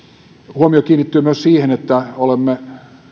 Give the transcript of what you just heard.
huomio kiinnittyy myös siihen että olemme